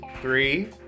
three